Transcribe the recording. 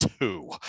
two